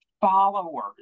followers